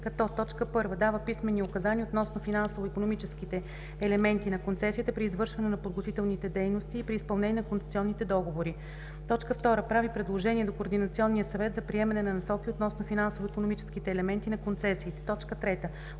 като: 1. дава писмени указания относно финансово-икономическите елементи на концесията при извършване на подготвителните дейности и при изпълнение на концесионните договори; 2. прави предложения до Координационния съвет за приемане на насоки относно финансово-икономическите елементи на концесиите; 3. одобрява